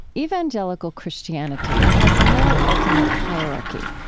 evangelical christianity has no ultimate hierarchy.